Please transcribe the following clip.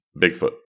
Bigfoot